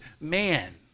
man